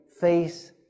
face